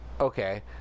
okay